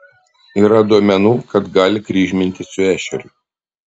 yra duomenų kad gali kryžmintis su ešeriu